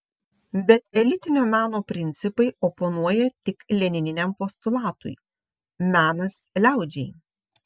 bet elitinio meno principai oponuoja tik lenininiam postulatui menas liaudžiai